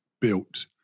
built